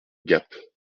gap